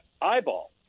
eyeball